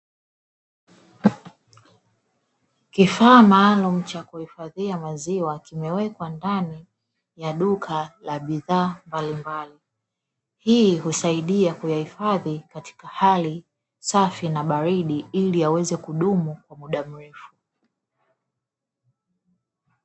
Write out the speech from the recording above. Kifaa maalumu cha kuhifadhia maziwa kimewekwa ndani ya duka la bidhaa mbalimbali, hii husaidia kuyahifadhi katika hali safi na baridi ili yaweze kudumu kwa mda mrefu.